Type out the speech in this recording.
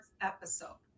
episode